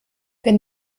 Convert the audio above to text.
wenn